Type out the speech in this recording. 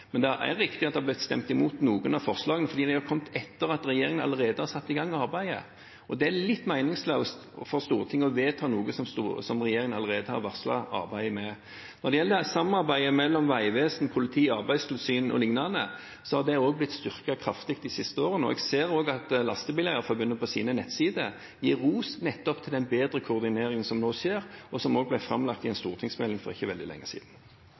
men det er riktig at det er blitt stemt imot noen av forslagene, fordi de har kommet etter at regjeringen allerede har satt i gang arbeidet. Det er litt meningsløst for Stortinget å vedta noe som regjeringen allerede har varslet at en arbeider med. Når det gjelder samarbeidet mellom Vegvesenet, politi, Arbeidstilsynet o.l., har det også blitt styrket kraftig de siste årene. Jeg ser også at Norges Lastebileier-Forbund på sine nettsider gir ros nettopp til den bedre koordineringen som nå skjer, og som også ble framlagt i en stortingsmelding for ikke veldig lenge siden.